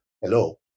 Hello